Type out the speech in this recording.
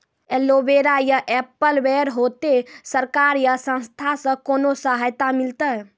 Aloe vera या apple बैर होते? सरकार या संस्था से कोनो सहायता मिलते?